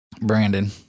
Brandon